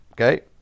Okay